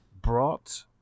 brought